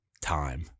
time